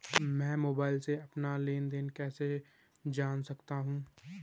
मैं मोबाइल से अपना लेन लेन देन कैसे जान सकता हूँ?